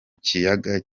kiyaga